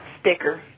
sticker